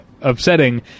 upsetting